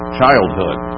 childhood